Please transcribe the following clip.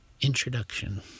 Introduction